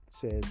says